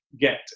get